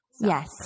Yes